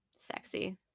Sexy